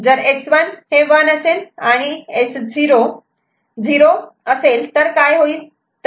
जर S1 1 आणि S0 0 तर काय होईल